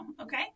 okay